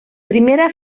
primera